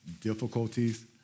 difficulties